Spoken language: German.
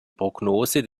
prognose